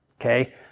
okay